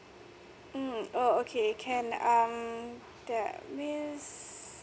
mm oh okay can um that means